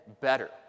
better